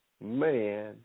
man